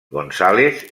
gonzález